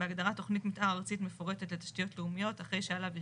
בהגדרה "תכנית מיתאר ארצית מפורטת לתשתיות לאומיות" אחרי "שעליו היא